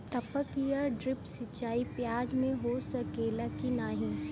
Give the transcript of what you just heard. टपक या ड्रिप सिंचाई प्याज में हो सकेला की नाही?